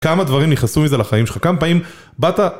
כמה דברים נכנסו מזה לחיים שלך, כמה פעמים באת...